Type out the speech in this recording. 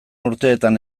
urteetan